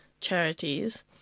charities